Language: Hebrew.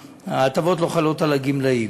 ההטבות לא חלות על גמלאים.